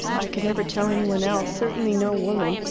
i could never tell any one else, certainly no woman,